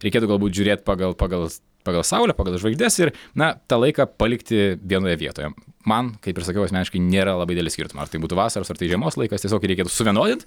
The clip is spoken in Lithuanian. reikėtų galbūt žiūrėt pagal pagal pagal saulę pagal žvaigždes ir na tą laiką palikti vienoje vietoje man kaip ir sakiau asmeniškai nėra labai didelio skirtumo ar tai būtų vasaros ar tai žiemos laikas tiesiog jį reikėtų suvienodint